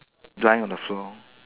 lying on the floor